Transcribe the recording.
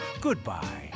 Goodbye